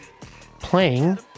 playing